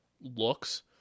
looks